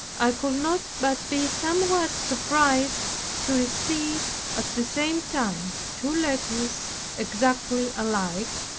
i could not but be somewhat surprised to receive at the same time two letters exactly alike,